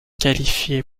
qualifié